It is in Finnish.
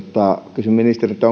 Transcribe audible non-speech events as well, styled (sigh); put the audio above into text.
kysyn ministeriltä (unintelligible)